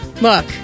Look